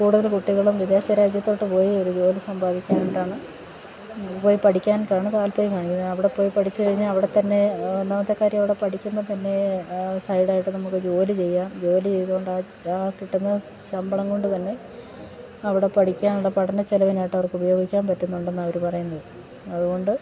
കൂടുതല് കുട്ടികളും വിദേശ രാജ്യത്തേക്ക് പോയി ഒരു ജോലി സമ്പാദിക്കാനായിട്ടാണ് പോയി പഠിക്കാനായിട്ടാണ് താല്പര്യം കാണിക്കുന്നത് അവിടെ പോയി പഠിച്ചുകഴിഞ്ഞ് അവിടെത്തന്നെ ഒന്നാമത്തെ കാര്യം അവിടെ പഠിക്കുമ്പോള് തന്നെ സൈഡായിട്ട് നമുക്ക് ജോലി ചെയ്യാം ജോലി ചെയ്തുകൊണ്ട് ആ കിട്ടുന്ന ശമ്പളം കൊണ്ട് തന്നെ അവിടെ പഠിക്കാനുള്ള പഠന ചെലവിനായിട്ട് അവർക്ക് ഉപയോഗിക്കാന് പറ്റുന്നുണ്ടെന്നാണ് അവര് പറയുന്നത് അതുകൊണ്ട്